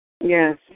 Yes